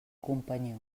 companyó